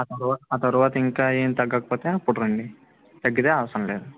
ఆ తరువాత ఇంకా ఏమి తగ్గకపోతే అప్పుడు రండి తగ్గితే అవసరం లేదు